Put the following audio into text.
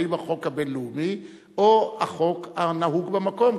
האם החוק הבין-לאומי או החוק הנהוג במקום?